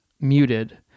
muted